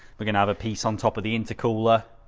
but can have a piece on top of the intercooler,